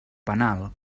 penal